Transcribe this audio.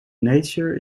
nature